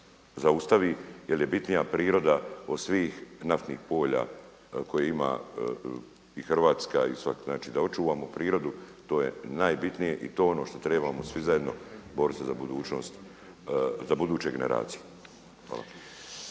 zaustavi jer je bitnija priroda od svih naftnih polja ima Hrvatska. Znači da očuvamo prirodu, to je najbitnije i to je ono što trebamo svi zajedno boriti se za budućnost, za buduće generacije. Hvala.